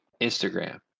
Instagram